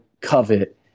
covet